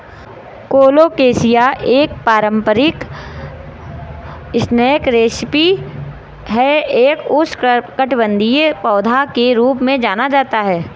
colocasia एक पारंपरिक snack recipe है एक उष्णकटिबंधीय पौधा के रूप में जाना जाता है